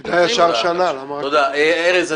ארז,